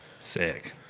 Sick